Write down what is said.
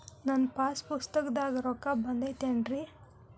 ನನ್ನ ಪಾಸ್ ಪುಸ್ತಕದಾಗ ರೊಕ್ಕ ಬಿದ್ದೈತೇನ್ರಿ?